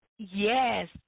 Yes